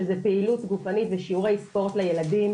שזה פעילות גופנית ושיעורי ספורט לילדים,